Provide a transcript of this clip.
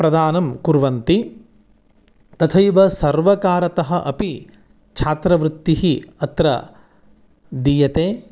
प्रदानं कुर्वन्ति तथैव सर्वकारतः अपि छात्रवृत्तिः अत्र दीयते